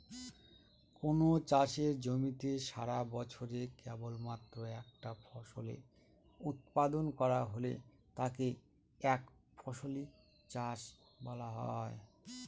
কোনো চাষের জমিতে সারাবছরে কেবলমাত্র একটা ফসলের উৎপাদন করা হলে তাকে একফসলি চাষ বলা হয়